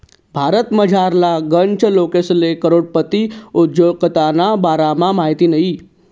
भारतमझारला गनच लोकेसले करोडपती उद्योजकताना बारामा माहित नयी